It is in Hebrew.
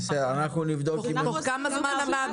בסדר אנחנו נבדוק אם הם --- תוך כמה זמן המעבדה